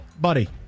buddy